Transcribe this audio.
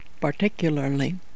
particularly